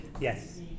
Yes